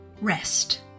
Rest